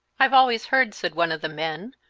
i've always heard, said one of the men,